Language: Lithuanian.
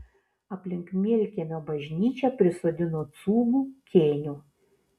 aplink mielkiemio bažnyčią prisodino cūgų kėnių